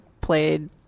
played